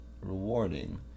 rewarding